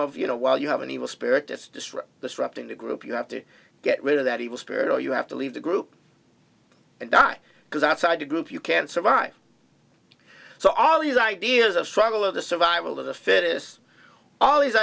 of you know while you have an evil spirit destroy the struct in the group you have to get rid of that he will spare no you have to leave the group and die because outside the group you can survive so all these ideas of struggle of the survival of the fittest all these